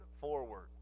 forward